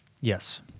Yes